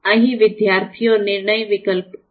અહીં વિદ્યાર્થીઓ નિર્ણય વિકલ્પ છે